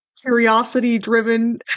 curiosity-driven